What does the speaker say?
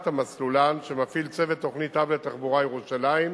שמפעיל צוות תוכנית אב לתחבורה ירושלים,